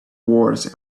wars